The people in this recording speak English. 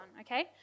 okay